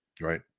Right